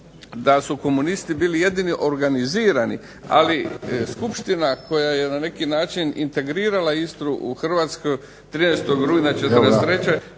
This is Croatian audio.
da su komunisti bili jedini organizirani. Ali skupština koja je na neki način integrirala Istru u Hrvatskoj 13. rujna '43.